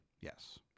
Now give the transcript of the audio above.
Yes